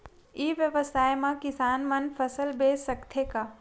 ई व्यवसाय म किसान मन फसल बेच सकथे का?